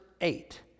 eight